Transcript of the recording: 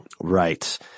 Right